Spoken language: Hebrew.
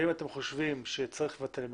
אם אתם חושבים שצריך לבטל,